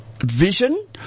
Vision